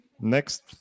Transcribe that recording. next